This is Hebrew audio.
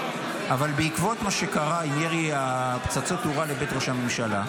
אבל בעקבות מה שקרה עם ירי פצצות תאורה לבית ראש הממשלה,